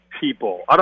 people